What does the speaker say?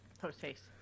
post-haste